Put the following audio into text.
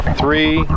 three